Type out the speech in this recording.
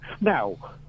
Now